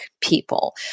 people